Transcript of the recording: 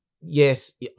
Yes